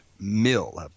mill